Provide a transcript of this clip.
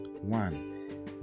one